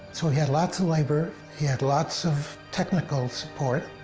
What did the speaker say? so he had lots of labor, he had lots of technical support,